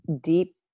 deep